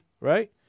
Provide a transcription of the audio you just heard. right